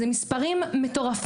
מדובר במספרים מטורפים.